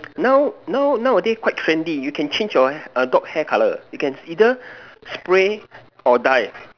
now now nowadays quite trendy you can change your err dog hair color you can either spray or dye